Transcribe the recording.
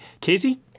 Casey